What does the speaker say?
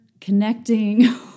connecting